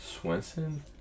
Swenson